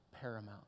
paramount